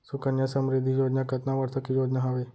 सुकन्या समृद्धि योजना कतना वर्ष के योजना हावे?